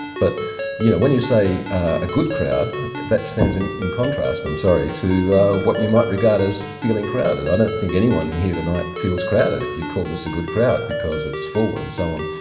but you know when you say a good crowd that stands in in contrast, i'm sorry, to what you might regard as feeling crowded. i don't think anyone and here tonight feels crowded you call this a good crowd because it's full and so on.